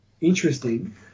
interesting